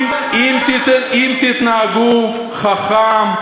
אם תתנהגו חכם,